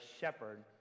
shepherd